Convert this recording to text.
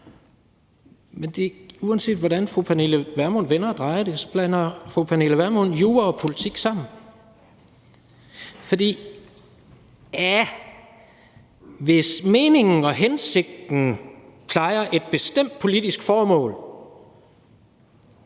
Uanset hvordan fru Pernille Vermund vender og drejer det, blander fru Pernille Vermund jura og politik sammen. For hvis meningen og hensigten plejer et bestemt politisk formål,